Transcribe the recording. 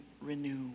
renew